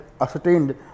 ascertained